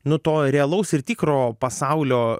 nu to realaus ir tikro pasaulio